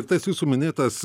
tas jūsų minėtas